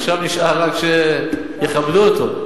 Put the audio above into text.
עכשיו נשאר רק שיכבדו אותו.